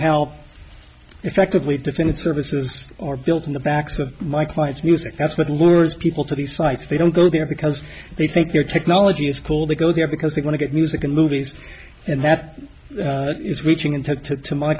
how effectively defend its services are built in the backs of my clients music that's what moore's people to these sites they don't go there because they think their technology is cool they go there because they want to get music in movies and that is reaching into to